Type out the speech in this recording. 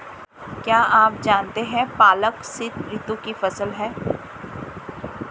क्या आप जानते है पालक शीतऋतु की फसल है?